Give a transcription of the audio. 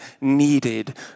needed